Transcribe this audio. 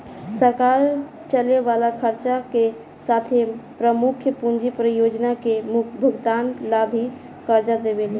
सरकार चले वाला खर्चा के साथे प्रमुख पूंजी परियोजना के भुगतान ला भी कर्ज देवेले